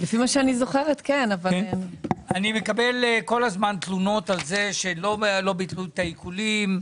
אני מקבל כל הזמן תלונות על זה שלא ביטלו את העיקולים,